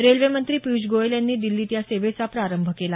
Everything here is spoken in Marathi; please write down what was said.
रेल्वेमंत्री पियुष गोयल यांनी दिल्लीत या सेवेचा प्रारंभ केला